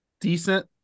decent